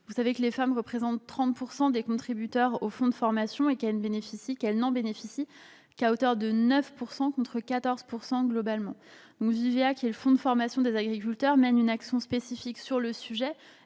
Vous le savez, les femmes, qui représentent 30 % des contributeurs au fonds de formation, n'en bénéficient qu'à hauteur de 9 %, contre 14 % globalement. VIVEA, qui est le fonds de formation des agriculteurs, mène une action spécifique sur le sujet.